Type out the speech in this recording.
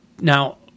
Now